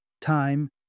Time